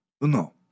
No